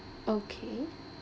okay